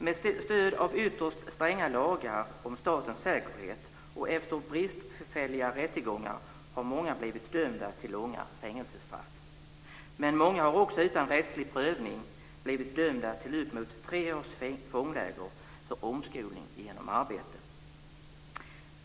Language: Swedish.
Med stöd av ytterst stränga lagar om statens säkerhet och efter bristfälliga rättegångar har många blivit dömda till långa fängelsestraff. Men många har också utan rättslig prövning blivit dömda till upp mot tre års fångläger för omskolning genom arbete.